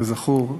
כזכור,